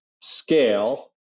scale